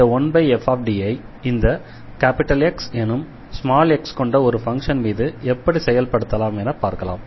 இந்த 1fD ஐ இந்த X எனும் x கொண்ட ஒரு ஃபங்ஷன் மீது எப்படி செயல்படுத்தலாம் என பார்க்கலாம்